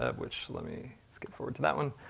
ah which, let me skip forward to that one.